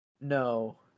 No